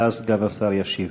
ואז סגן השר ישיב.